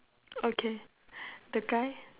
okay the guy